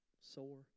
sore